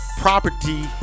property